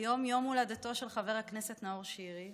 שהיום יום הולדתו של חבר הכנסת נאור שירי,